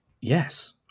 Yes